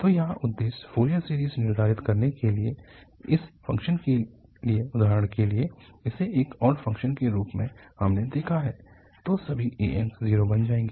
तो यहाँ उद्देश्य फोरियर सीरीज़ निर्धारित करने के लिए इस फ़ंक्शन के लिए उदाहरण के लिए और इसे एक ऑड फ़ंक्शन के रूप में हमने देखा है है तो सभी ans 0 बन जाएगें